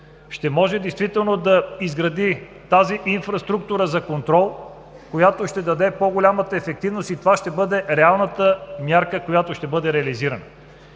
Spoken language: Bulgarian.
ще може действително да изгради тази инфраструктура за контрол, която ще даде по-голяма ефективност и това ще бъде реалната мярка, която ще бъде реализирана.